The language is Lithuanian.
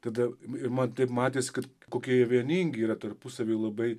tada ir man taip matėsi kad kokie jie vieningi yra tarpusavy labai